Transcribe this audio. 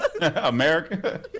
America